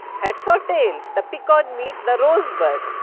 heads so tails, the pequod meets the rose-bud,